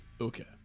Okay